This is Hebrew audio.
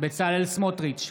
בצלאל סמוטריץ'